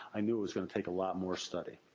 i knew it was going to take a lot more study.